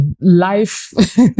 life